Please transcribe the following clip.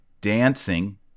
dancing